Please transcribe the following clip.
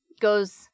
goes